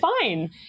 fine